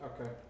Okay